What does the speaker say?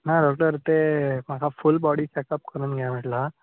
आं डॉक्टर तें म्हाका फूल बॉडी चॅकप करून घे म्हटलां